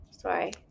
Sorry